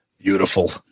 beautiful